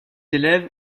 élève